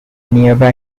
nearby